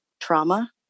trauma